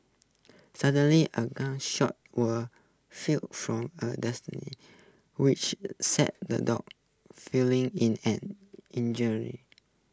suddenly A gun shot were fired from A which sent the dogs feeling in an injury